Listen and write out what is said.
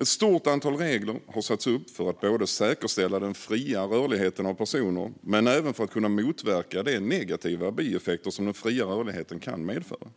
Ett stort antal regler har satts upp för att säkerställa den fria rörligheten av personer men även för att kunna motverka de negativa bieffekter som den fria rörligheten kan medföra,